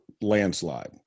landslide